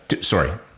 Sorry